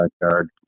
backyard